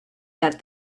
that